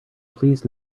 please